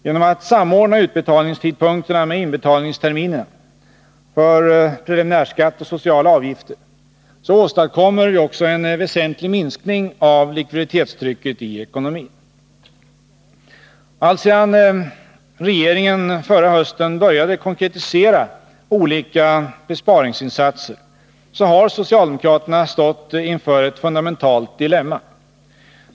Genom att samordna utbetalningstidpunkterna med inbetalningsterminerna för preliminärskatt och sociala avgifter åstadkommer vi också en väsentlig minskning av likviditetstrycket i ekonomin. Alltsedan regeringen förra hösten började konkretisera olika besparingsinsatser har socialdemokraterna stått inför ett fundamentalt dilemma.